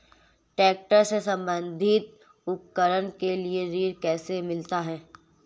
Tractor से संबंधित उपकरण के लिए ऋण कैसे मिलता है?